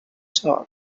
dog